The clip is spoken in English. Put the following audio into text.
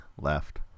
left